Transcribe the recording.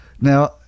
now